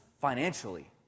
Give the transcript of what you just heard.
financially